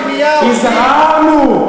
הזהרנו,